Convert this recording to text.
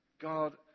God